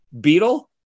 Beetle